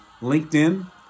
LinkedIn